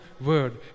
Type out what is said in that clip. word